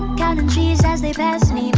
counting trees as they pass me